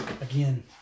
again